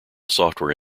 software